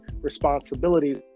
responsibilities